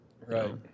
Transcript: right